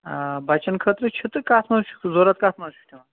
آ بچن خٲطرٕ چھُ تہٕ کتھ منٚز چھُ ضوٚرتھ کَتھ منٚز چھُ تِمن